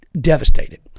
devastated